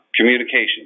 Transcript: communication